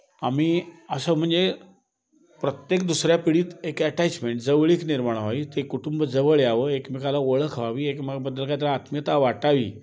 आम्ही असं म्हणजे प्रत्येक दुसऱ्या पिढीत एक ॲटॅचमेंट जवळीक निर्माण हवी ते कुटुंब जवळ यावं एकमेकाला ओळख व्हावी एकमेकाबद्दल काय तर आत्मीयता वाटावी